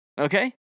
okay